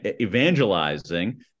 evangelizing